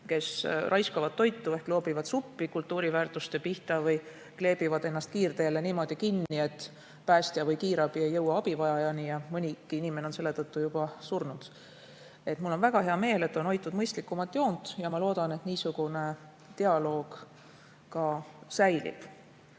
kes raiskavad toitu ehk loobivad suppi kultuuriväärtuste pihta või kleebivad ennast kiirteele niimoodi kinni, et päästjad või kiirabi ei jõua abivajajani ja mõni inimene on selle tõttu juba surnud. Mul on väga hea meel, et on hoitud mõistlikumat joont, ja ma loodan, et niisugune dialoog ka säilib.